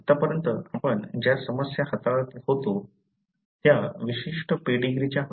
आतापर्यंत आपण ज्या समस्या हाताळत होतो त्या विशिष्ट पेडीग्रीच्या होत्या